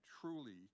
truly